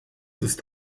ist